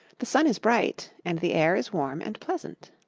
the sun is bright and the air is warm and pleasant.